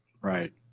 right